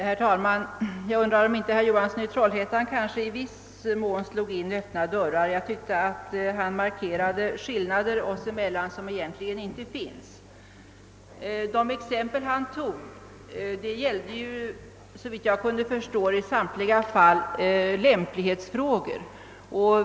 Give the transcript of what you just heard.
Herr talman! Jag undrar om inte herr Johansson i Trollhättan i viss mån slog in öppna dörrar. Jag tyckte att han markerade skillnader mellan oss som egentligen inte finns. De exempel han tog gällde, såvitt jag förstår, i samtliga fall lämplighetsfrågor.